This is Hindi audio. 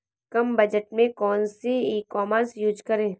कम बजट में कौन सी ई कॉमर्स यूज़ करें?